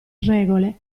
regole